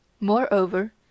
Moreover